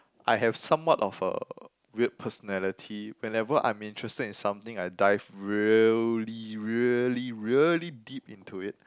I have somewhat of a weird personality whenever I'm interested in something I dive really really really deep into it